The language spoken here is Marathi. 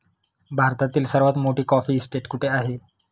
भारतातील सर्वात मोठी कॉफी इस्टेट कुठे आहे?